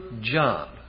job